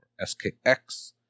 SKX